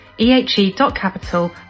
ehe.capital